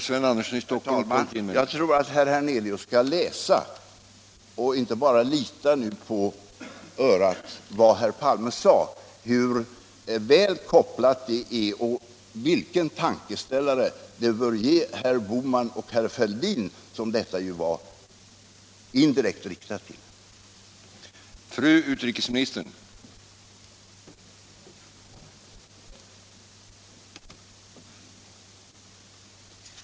Herr talman! Jag tror att herr Hernelius skall läsa vad herr Palme sade och inte bara lita till sina öron. Det var en korrekt sammankoppling som bör ge herrar Bohman och Fälldin — till vilka uttalandet ju indirekt var riktat — en tankeställare.